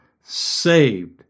saved